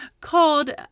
called